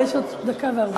ויש עוד דקה ו-40.